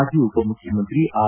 ಮಾಜಿ ಉಪಮುಖ್ಯಮಂತ್ರಿ ಆರ್